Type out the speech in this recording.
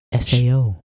sao